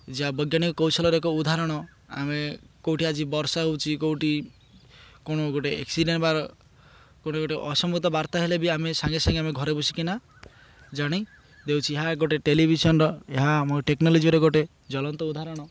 ଯାହା ବୈଜ୍ଞାନିକ କୌଶଳରେ ଏକ ଉଦାହରଣ ଆମେ କେଉଁଠି ଆଜି ବର୍ଷା ହେଉଛି କେଉଁଠି କ'ଣ ଗୋଟେ ଏକ୍ସିଡ଼େଣ୍ଟ୍ ବା କେଉଁଠି ଗୋଟେ ଅସଙ୍ଗତ ବାର୍ତ୍ତା ହେଲେ ବି ଆମେ ସାଙ୍ଗେ ସାଙ୍ଗେ ଆମେ ଘରେ ବସିକିନା ଜାଣିଦଉଛି ଏହା ଗୋଟେ ଟେଲିଭିଜନ୍ର ଏହା ଆମ ଟେକ୍ନୋଲୋଜିର ଗୋଟେ ଜଳନ୍ତ ଉଦହରଣ